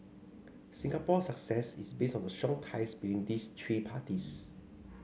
Singapore's success is based on the strong ties between these three parties